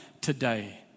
today